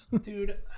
Dude